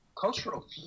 cultural